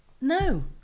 no